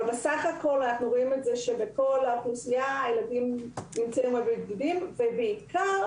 בסך הכול אנחנו רואים שבכל האוכלוסייה הילדים נמצאים בבידוד ובעיקר